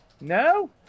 No